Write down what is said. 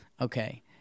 Okay